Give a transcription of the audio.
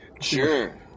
Sure